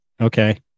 Okay